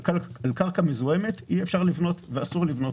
על קרקע מזוהמת אסור לבנות.